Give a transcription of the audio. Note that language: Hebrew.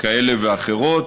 כאלה ואחרות,